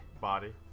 body